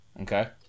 Okay